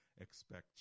expect